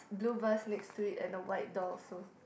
blue vase next to it and a white door also